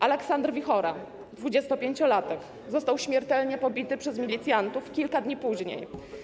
Alaksandr Wichor, 25-latek, został śmiertelnie pobity przez milicjantów kilka dni później.